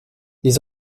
les